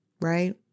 Right